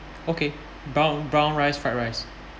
okay brown brown rice fried rice